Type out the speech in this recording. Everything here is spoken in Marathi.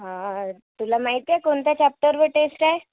हा तुला माहिती आहे कोणत्या चाप्टरवर टेस्ट आहे